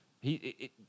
He-